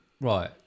Right